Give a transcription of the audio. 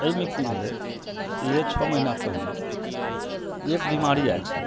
एहिमे की भेलै इएह छओ महिना पहले एक बीमारी आयल छेलै